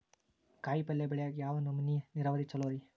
ಕಾಯಿಪಲ್ಯ ಬೆಳಿಯಾಕ ಯಾವ್ ನಮೂನಿ ನೇರಾವರಿ ಛಲೋ ರಿ?